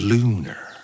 Lunar